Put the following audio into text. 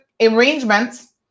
arrangements